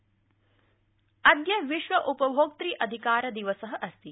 विश्व उपभोक्तृ दिवस अद्य विश्व उपभोक्तृ अधिकार दिवस अस्ति